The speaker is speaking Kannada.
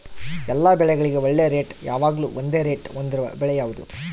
ಎಲ್ಲ ಬೆಳೆಗಳಿಗೆ ಒಳ್ಳೆ ರೇಟ್ ಯಾವಾಗ್ಲೂ ಒಂದೇ ರೇಟ್ ಹೊಂದಿರುವ ಬೆಳೆ ಯಾವುದು?